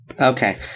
Okay